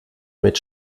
mit